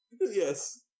Yes